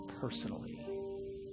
Personally